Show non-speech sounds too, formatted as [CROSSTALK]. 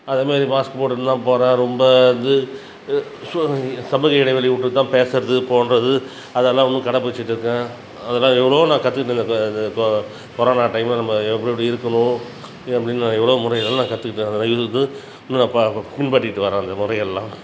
அதே மாரி மாஸ்க் போட்டுன்னுதான் போகிறேன் ரொம்ப இது சமூக இடைவெளி விட்டுதான் பேசுகிறது போன்ற இது அதல்லாம் இன்னும் கடை பிடிச்சிட்டு இருக்கேன் அதல்லாம் எவ்வளவோ நான் கத்துக்கிட்டு [UNINTELLIGIBLE] கொரோனா டைமில் நம்ம எப்படி எப்படி இருக்கணும் அப்படின்னு எவ்வளோ முறைகள் நான் கத்துக்கிட்டேன் இருந்தும் இன்னும் நான் பா பின்பற்றிட்டு வரேன் அந்த முறைகள்லாம்